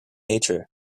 nature